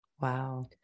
Wow